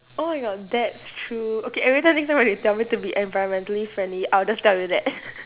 oh my god that's true okay every time next time when you tell me to be environmentally friendly I'll just tell you that